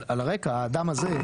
על הרקע האדם הזה,